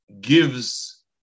gives